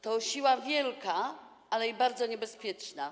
To siła wielka, ale i bardzo niebezpieczna.